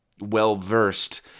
well-versed